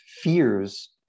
fears